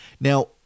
Now